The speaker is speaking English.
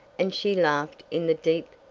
and she laughed in the deep,